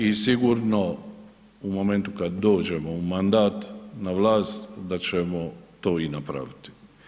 I sigurno u momentu kada dođemo u mandat na vlast da ćemo to i napraviti.